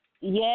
Yes